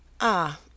Ah